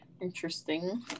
Interesting